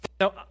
Now